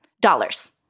Dollars